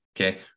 okay